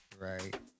right